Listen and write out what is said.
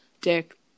Dick